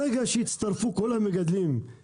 ברגע שיצטרפו כל המגדלים, תבינו,